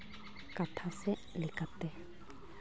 ᱠᱟᱛᱷᱟ ᱥᱮᱜ ᱞᱮᱠᱟᱛᱮ